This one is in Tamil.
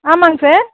ஆமாங்க சார்